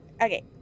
Okay